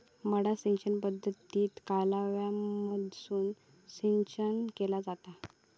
मड्डा सिंचन पद्धतीत कालव्यामधसून सिंचन केला जाता